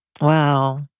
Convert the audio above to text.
wow